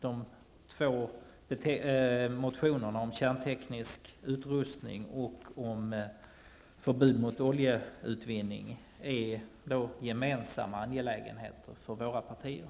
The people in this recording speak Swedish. De två motionerna om en kärnteknisk utrustning och om förbud mot oljeutvinning är gemensamma angelägenheter för våra partier.